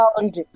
found